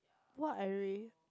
what I really